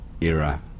era